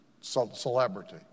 celebrity